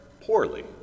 poorly